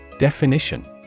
Definition